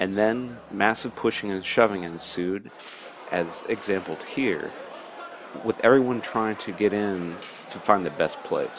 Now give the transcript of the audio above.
and then massive pushing and shoving ensued as example here with everyone trying to get in to find the best place